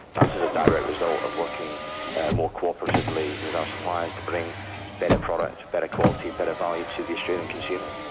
that's as a direct result of working more cooperatively with our suppliers to bring better products, better quality, better value to the australian consumer.